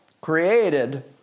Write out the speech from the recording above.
created